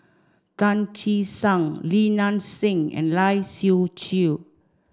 Tan Che Sang Li Nanxing and Lai Siu Chiu